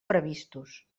previstos